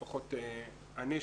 לפחות אני,